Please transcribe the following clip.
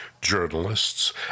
journalists